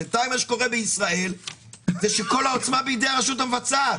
בינתיים יש קורא בישראל ושכל העוצמה בידי הרשות המבצעת.